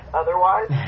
otherwise